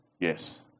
Yes